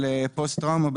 של פוסט טראומה,